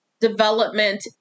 development